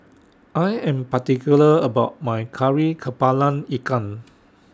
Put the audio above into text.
I Am particular about My Kari Kepala Ikan